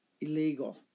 illegal